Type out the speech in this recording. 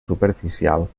superficial